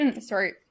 sorry